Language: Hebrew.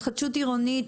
התחדשות עירונית,